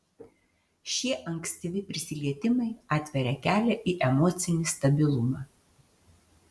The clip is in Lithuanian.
šie ankstyvi prisilietimai atveria kelią į emocinį stabilumą